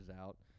out